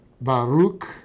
Baruch